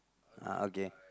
ah okay